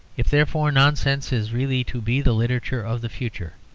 if, therefore, nonsense is really to be the literature of the future,